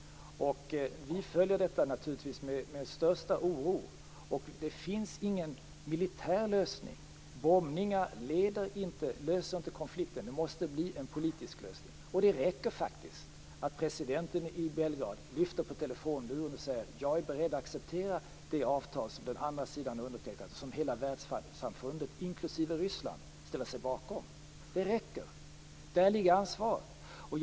Vi följer naturligtvis detta med största oro. Det finns ingen militär lösning. Bombningar löser inte konflikten. Det måste bli en politisk lösning. Och det räcker faktiskt att presidenten i Belgrad lyfter på telefonluren och säger: Jag är beredd att acceptera det avtal som den andra sidan har undertecknat och som hela världssamfundet inklusive Ryssland ställer sig bekom. Det räcker. Där ligger ansvaret.